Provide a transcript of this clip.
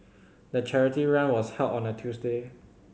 the charity run was held on a Tuesday